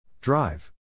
Drive